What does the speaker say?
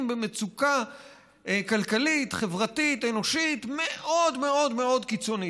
במצוקה כלכלית-חברתית-אנושית מאוד מאוד מאוד קיצונית.